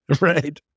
Right